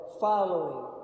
following